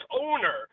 owner